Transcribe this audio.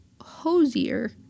Hosier